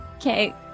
Okay